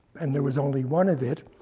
and there was only one of it,